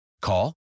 Call